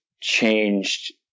changed